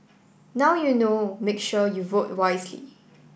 now you know make sure you vote wisely